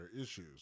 issues